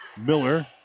Miller